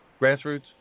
Grassroots